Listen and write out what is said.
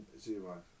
zero